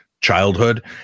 childhood